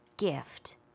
Gift